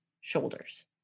shoulders